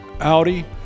Audi